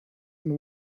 and